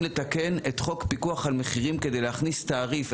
לתקן את חוק הפיקוח על המחירים כדי להכניס תעריף.